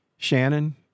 Shannon